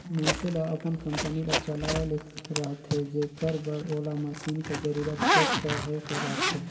मइनसे ल अपन कंपनी ल चलाए ले रहथे जेकर बर ओला मसीन कर जरूरत कहे कर रहथे